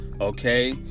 okay